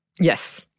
Yes